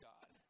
God